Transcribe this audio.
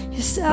Yes